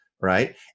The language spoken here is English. Right